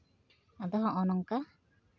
ᱟᱫᱚ ᱦᱚᱸᱜᱼᱚ ᱱᱚᱝᱠᱟ